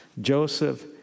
Joseph